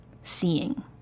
seeing